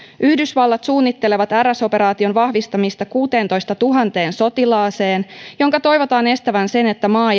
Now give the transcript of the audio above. yhdysvallat suunnittelee rs operaation vahvistamista kuuteentoistatuhanteen sotilaaseen minkä toivotaan estävän sen että maa